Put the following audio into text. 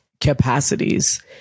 capacities